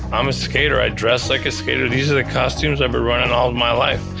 i'm a skater. i dress like a skater, these are the costumes i've been running all of my life.